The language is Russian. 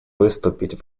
выступить